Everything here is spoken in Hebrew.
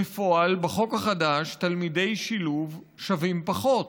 בפועל, בחוק החדש תלמידי שילוב שווים פחות.